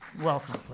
Welcome